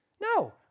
No